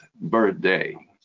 birthday